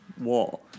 wall